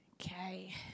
Okay